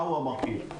מה הוא המרכיב הזה?